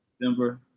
Denver